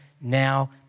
now